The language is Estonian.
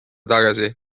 tagasi